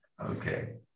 Okay